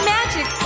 Magic